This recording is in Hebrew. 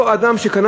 אותו אדם שקנה